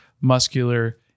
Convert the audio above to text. muscular